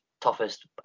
toughest